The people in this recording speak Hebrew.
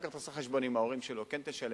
אתה אחר כך עושה חשבון עם ההורים שלו: כן תשלם,